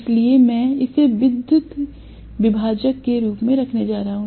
इसलिए मैं इसे विद्युत विभाजक के रूप में रखने जा रहा हूं